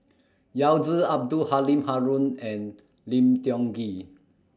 Yao Zi Abdul Halim Haron and Lim Tiong Ghee